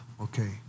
okay